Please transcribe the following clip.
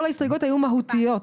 כל ההסתייגויות היו מהותיות,